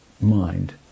mind